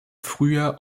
frühjahr